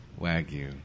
wagyu